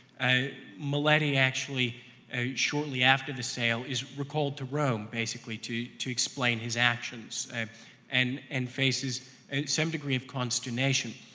ah mulledy actually ah shortly after the sale is recalled to rome basically to to explain his actions and and faces some degree of consternation.